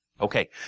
Okay